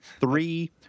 three –